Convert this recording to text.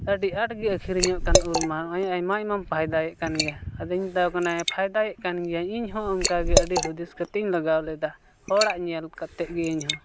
ᱟᱹᱰᱤ ᱟᱸᱴ ᱜᱮ ᱟᱹᱠᱷᱨᱤᱧᱚᱜ ᱠᱟᱱ ᱩᱞᱢᱟ ᱱᱚᱜᱼᱚᱸᱭ ᱟᱭᱢᱟ ᱟᱭᱢᱟ ᱯᱷᱟᱭᱫᱟᱭᱮᱫ ᱠᱟᱱ ᱜᱮᱭᱟ ᱟᱫᱚᱧ ᱢᱮᱛᱟ ᱠᱚ ᱠᱟᱱᱟ ᱠᱟᱱᱟ ᱯᱷᱟᱭᱫᱟᱭᱮᱫ ᱠᱟᱱ ᱜᱤᱭᱟᱹᱧ ᱤᱧ ᱦᱚᱸ ᱚᱱᱠᱟ ᱜᱮ ᱟᱹᱰᱤ ᱦᱩᱫᱤᱥ ᱠᱟᱛᱮᱫ ᱞᱟᱜᱟᱣ ᱞᱮᱫᱟ ᱦᱚᱲᱟᱜ ᱧᱮᱞ ᱠᱟᱛᱮᱫ ᱜᱮ ᱤᱧ ᱦᱚᱸ